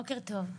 בוקר טוב.